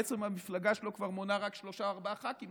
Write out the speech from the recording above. בעצם המפלגה שלו כבר מונה רק שלושה-ארבעה ח"כים,